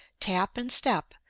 tap and step,